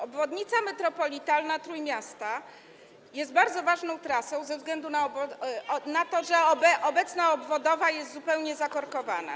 Obwodnica metropolitalna Trójmiasta jest bardzo ważną trasą ze względu na to, że obecna obwodnica jest zupełnie zakorkowana.